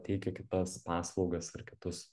teikia kitas paslaugas ir kitus